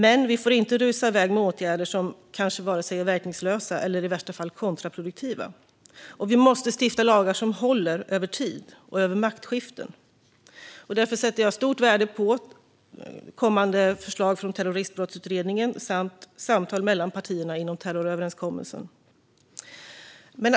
Men vi får inte rusa iväg med åtgärder som kanske är verkningslösa eller i värsta fall kontraproduktiva. Vi måste stifta lagar som håller över tid och över maktskiften. Därför sätter jag stort värde på kommande förslag från Terroristbrottsutredningen samt samtal mellan partierna inom terroröverenskommelsen.